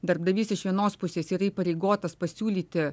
darbdavys iš vienos pusės yra įpareigotas pasiūlyti